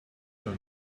you